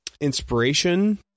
inspiration